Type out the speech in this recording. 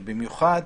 במיוחד